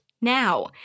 now